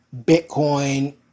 Bitcoin